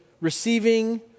receiving